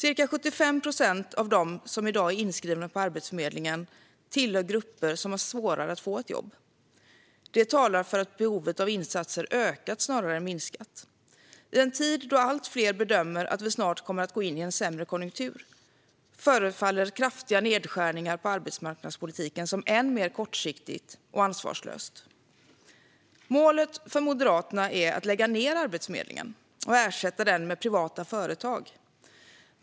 Ca 75 procent av dem som i dag är inskrivna på Arbetsförmedlingen hör till grupper som har svårare att få ett jobb. Det talar för att behovet av insatser ökat snarare än minskat. I en tid då allt fler bedömer att vi snart kommer att gå in i en sämre konjunktur förefaller kraftiga nedskärningar på arbetsmarknadspolitiken som än mer kortsiktigt och ansvarslöst. Målet för Moderaterna är att lägga ned Arbetsförmedlingen och ersätta den med privata företag.